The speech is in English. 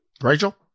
Rachel